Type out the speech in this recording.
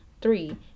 three